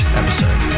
episode